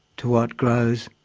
to what grows,